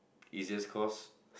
easiest course